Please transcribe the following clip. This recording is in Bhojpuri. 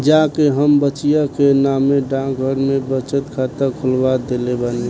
जा के हम बचिया के नामे डाकघर में बचत खाता खोलवा देले बानी